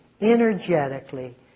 energetically